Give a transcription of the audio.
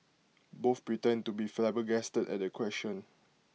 both pretend to be flabbergasted at the question